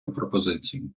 пропозицію